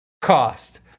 cost